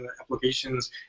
applications